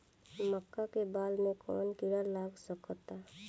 मका के बाल में कवन किड़ा लाग सकता?